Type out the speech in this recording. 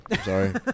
sorry